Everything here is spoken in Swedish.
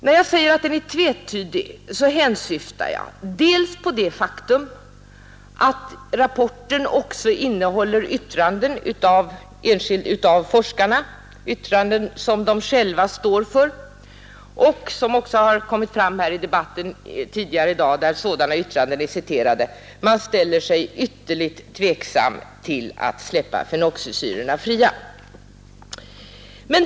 När jag säger att rapporten är tvetydig hänsyftar jag bl.a. på det faktum att rapporten också innehåller yttranden av forskarna, yttranden som de själva står för och där de — som också har kommit fram i debatten tidigare här i dag, då sådana yttranden citerats — ställer sig ytterligt tveksamma till att släppa fenoxisyrorna fria.